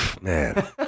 man